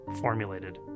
formulated